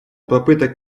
попыток